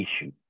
issue